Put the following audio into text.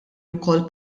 wkoll